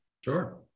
Sure